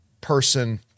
person